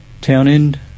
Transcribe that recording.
Townend